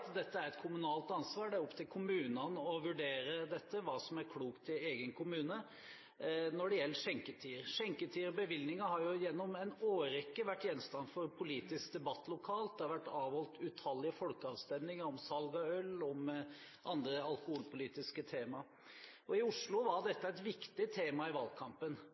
dette er et kommunalt ansvar – det er opp til kommunene å vurdere hva som er klokt i egen kommune når det gjelder skjenketider. Skjenketider/bevillinger har gjennom en årrekke vært gjenstand for politisk debatt lokalt, det har vært avholdt utallige folkeavstemninger om salg av øl og om andre alkoholpolitiske tema. I Oslo var dette et viktig tema i valgkampen.